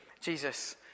Jesus